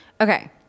okay